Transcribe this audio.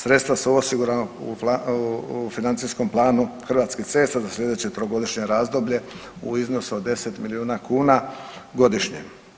Sredstva su osigurana u financijskom planu Hrvatskih cesta za slijedeće trogodišnje razdoblje u iznosu od 10 milijuna kuna godišnje.